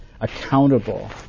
accountable